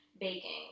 baking